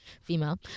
female